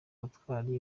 ubutwari